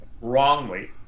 wrongly